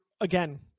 again